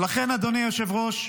לכן, אדוני היושב-ראש,